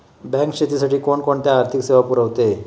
Bank शेतीसाठी कोणकोणत्या आर्थिक सेवा पुरवते?